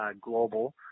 Global